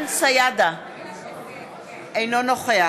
אינו נוכח